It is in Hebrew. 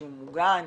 שהוא מוגן,